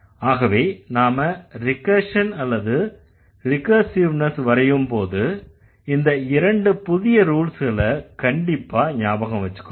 ஆகவே நாம ரிகர்ஷன் அல்லது ரிகர்சிவ்னஸ் வரையும்போது இந்த இரண்டு புதிய ரூல்ஸ்களை கண்டிப்பா ஞாபகம் வெச்சுக்கணும்